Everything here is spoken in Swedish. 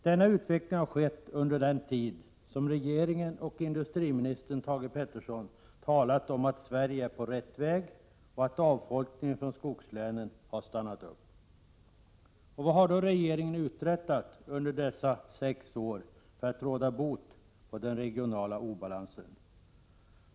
Denna utveckling har skett under den tid som regeringen och industriminister Thage G Peterson talat om att Sverige är på rätt väg och att avfolkningen från skogslänen har stannat upp. Vad har då regeringen uträttat under dessa sex år för att råda bot på den regionala obalansen?